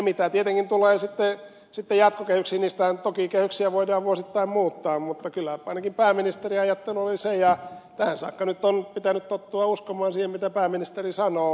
mitä tulee sitten jatkokehyksiin toki kehyksiä voidaan vuosittain muuttaa mutta kyllä ainakin pääministerin ajattelu oli se ja tähän saakka nyt on pitänyt tottua uskomaan siihen mitä pääministeri sanoo